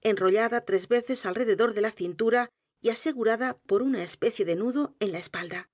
e s veces alrededor de la cintura y asegurada por una especie de nudo en la espalda